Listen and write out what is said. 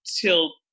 till